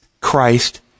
Christ